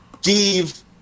Steve